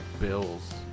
Bills